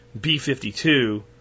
B-52